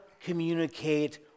communicate